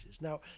Now